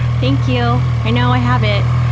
thank you, i know i have it.